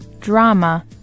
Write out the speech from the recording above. drama